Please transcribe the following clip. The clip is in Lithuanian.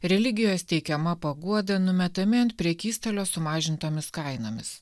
religijos teikiama paguoda numetami ant prekystalio sumažintomis kainomis